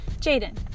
Jaden